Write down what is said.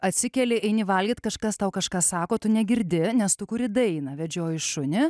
atsikeli eini valgyt kažkas tau kažką sako tu negirdi nes tu kuri dainą vedžioji šunį